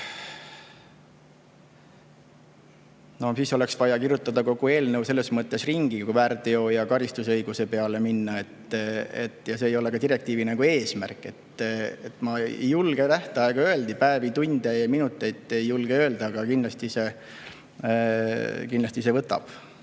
Siis oleks vaja kirjutada kogu eelnõu ringi, kui väärteo ja karistusõiguse peale minna. Ja see ei ole ka direktiivi eesmärk. Ma ei julge tähtaega öelda. Päevi, tunde, minuteid ei julge öelda, aga kindlasti see aega